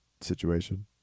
situation